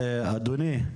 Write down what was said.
אדוני,